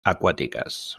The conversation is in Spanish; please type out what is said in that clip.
acuáticas